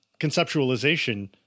conceptualization